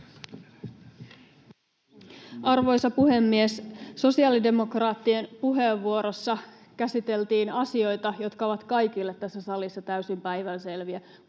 Arvoisa puhemies! Sosiaalidemokraattien puheenvuorossa käsiteltiin asioita, jotka ovat kaikille tässä salissa täysin päivänselviä.